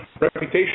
reputation